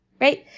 right